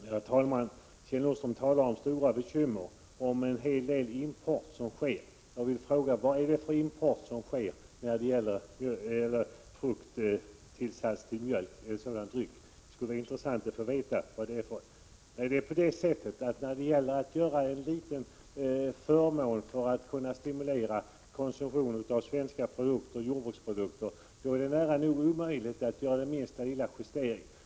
Herr talman! Kjell Nordström talar om stora bekymmer och om en hel del import som sker. Jag vill fråga vad det är för import som sker av frukttillsats till mjölk. När det gäller en liten förmån för att stimulera konsumtionen av svenska jordbruksprodukter, då är det nära nog omöjligt att göra minsta justering.